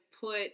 put